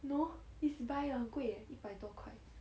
no this buy 很贵耶一百多块